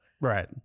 right